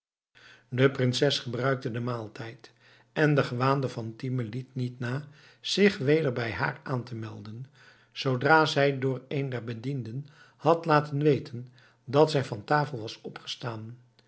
de prinses gebruikte den maaltijd en de gewaande fatime liet niet na zich weder bij haar aan te melden zoodra zij door een der bedienden had laten weten dat zij van tafel was opgestaan